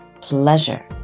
pleasure